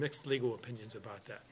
mixed legal opinions about that